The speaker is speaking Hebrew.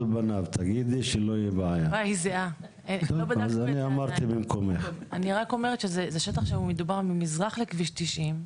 אני רק אומרת שזה שטח שמדובר על ממזרח לכביש 90,